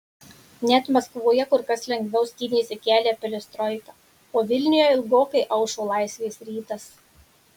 net maskvoje kur kas lengviau skynėsi kelią perestroika o vilniuje ilgokai aušo laisvės rytas